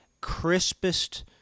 crispest